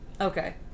Okay